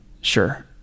sure